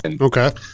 Okay